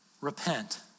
Repent